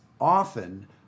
often